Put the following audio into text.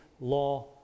law